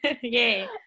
Yay